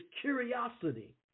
curiosity